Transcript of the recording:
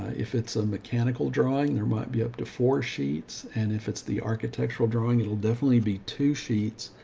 if it's a mechanical drawing, there might be up to four sheets. and if it's the architectural drawing, it'll definitely be two sheets,